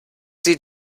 zieh